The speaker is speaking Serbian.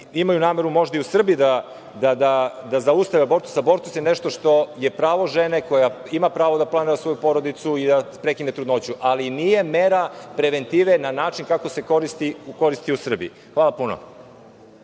imaju nameru, možda, i u Srbiji da zaustave abortus, abortus je nešto što je pravo žene, koja ima pravo da planira svoju porodicu i da prekine trudnoću, ali nije mera preventive na način kako se koristi u Srbiji. Hvala puno.